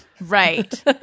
right